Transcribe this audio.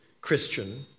Christian